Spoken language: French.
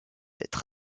être